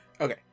Okay